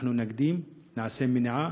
אנחנו נקדים, נעשה מניעה,